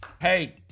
Hey